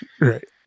right